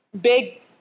big